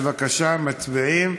בבקשה, מצביעים.